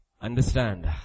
Understand